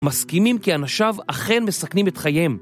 מסכימים כי אנשיו אכן מסכמים את חייהם.